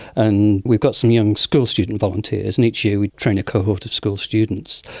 and we've got some young school student volunteers, and each year we train a cohort of school students.